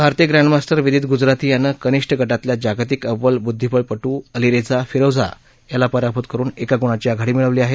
भारतीय ग्रँडमास्त्रि विदित गुजराथी यानं कनिष्ठ गातिल्या जागतिक अव्वल बुद्धीबळप् अलीरेझा फिरौझा याला पराभूत करुन एका गुणाची आघाडी मिळवली आहे